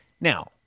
Now